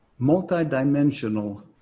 multidimensional